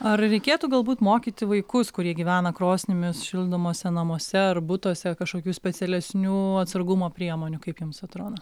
ar reikėtų galbūt mokyti vaikus kurie gyvena krosnimis šildomuose namuose ar butuose kažkokių specialesnių atsargumo priemonių kaip jums atrodo